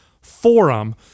forum